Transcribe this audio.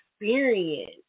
experience